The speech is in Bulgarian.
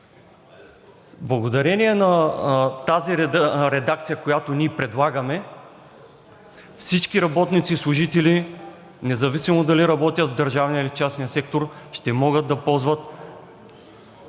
Благодарение на тази редакция, която ние предлагаме, всички работници и служители, независимо дали работят в държавния, или частния сектор, ще могат да ползват